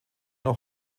noch